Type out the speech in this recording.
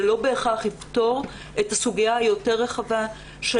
זה לא בהכרח יפתור את הסוגיה היותר רחבה של